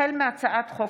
החל בהצעת חוק